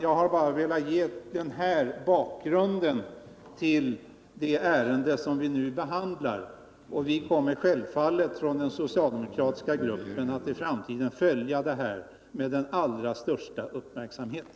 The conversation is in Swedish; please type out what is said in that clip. Jag har bara velat ge bakgrunden till det ärende som vi nu behandlar, och vi kommer från den socialdemokratiska gruppen självfallet att följa detta med allra största uppmärksamhet.